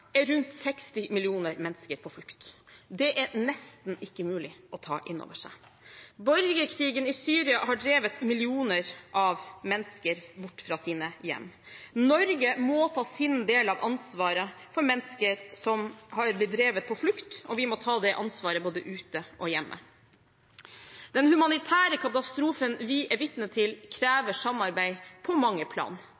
er rundt 60 millioner mennesker på flukt. Det er nesten ikke mulig å ta inn over seg. Borgerkrigen i Syria har drevet millioner av mennesker bort fra sine hjem. Norge må ta sin del av ansvaret for mennesker som har blitt drevet på flukt, og vi må ta det ansvaret både ute og hjemme. Den humanitære katastrofen vi er vitne til, krever samarbeid på mange plan,